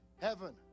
heaven